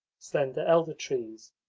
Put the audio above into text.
slender elder trees,